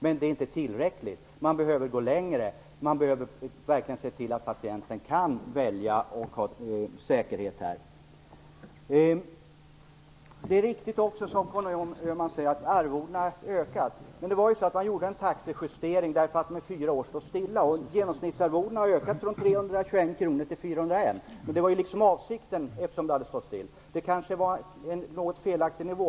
Men det är inte tillräckligt. Man behöver gå längre och verkligen se till att patienten kan välja att ha säkerhet. Det är också riktigt, som Conny Öhman säger, att arvodena har ökat. Men man gjorde ju en taxejustering, därför att taxorna under fyra år hade varit oförändrade. Genomsnittsarvodena har ökat från 321 kr till 401 kr, men det var också var avsikten eftersom de hade varit oförändrade. Kanske nivån var något felaktig.